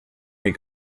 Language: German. mir